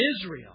Israel